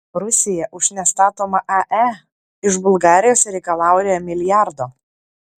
rusija už nestatomą ae iš bulgarijos reikalauja milijardo